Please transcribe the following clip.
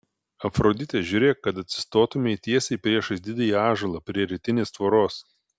afrodite žiūrėk kad atsistotumei tiesiai priešais didįjį ąžuolą prie rytinės tvoros